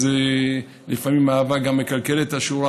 אז לפעמים אהבה גם מקלקלת את השורה,